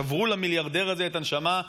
שברו למיליארדר הזה את הנשמה,